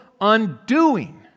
undoing